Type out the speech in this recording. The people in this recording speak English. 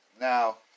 Now